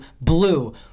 blue